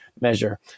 measure